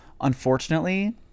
unfortunately